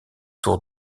tour